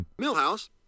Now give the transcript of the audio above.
millhouse